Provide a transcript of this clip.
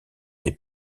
des